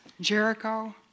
Jericho